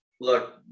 Look